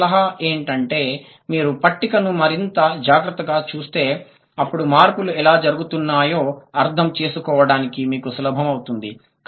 నా సలహా ఏంటంటే మీరు పట్టికను మరింత జాగ్రత్తగా చూస్తే అప్పుడు మార్పులు ఎలా జరుగుతున్నాయో అర్థం చేసుకోవడం మీకు సులభం అవుతుంది